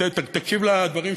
תקשיב לדברים שלי.